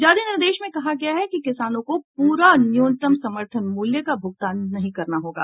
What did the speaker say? जारी निर्देश में कहा गया है कि किसानों को पूरा न्यूनतम समर्थन मूल्य का भुगतान नहीं करना होगा